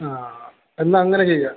ആ എന്നാൽ അങ്ങനെ ചെയ്യാം